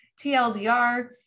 TLDR